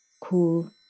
cool